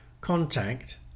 contact